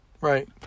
Right